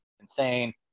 insane